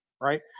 right